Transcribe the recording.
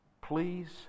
please